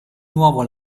nuovo